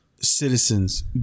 citizens